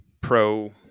pro